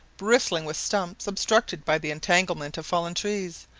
bristling with stumps, obstructed by the entanglement of fallen trees,